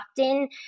often